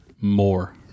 more